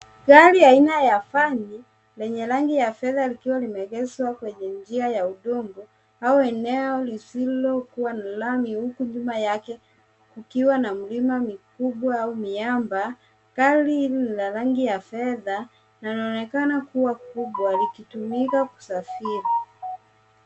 Gari aina ya vani lenye rangi ya fedha likiwa limeegezwa kwenye njia ya udongo au eneo lisilo na lami huku nyuma yake kukiwa na milima mikubwa au miamba. Gari hili la rangi ya fedha linaonekana kuwa kubwa likitumika kusafiri.